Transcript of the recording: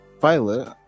Violet